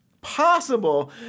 possible